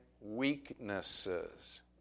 weaknesses